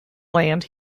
land